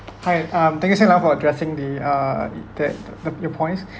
hi um thank you xin-lan for addressing the uh that the your points